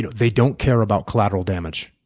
yeah they don't care about collateral damage.